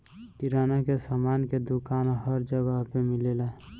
किराना के सामान के दुकान हर जगह पे मिलेला